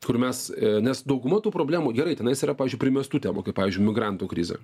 kur mes nes dauguma tų problemų gerai tenais yra pavyzdžiui primestų temų kaip pavyzdžiui migrantų krizė